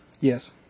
Yes